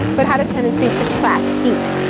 but had a tendency to trap heat.